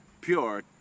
pure